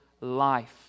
life